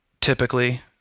typically